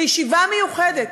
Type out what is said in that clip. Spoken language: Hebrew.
בישיבה מיוחדת.